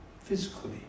physically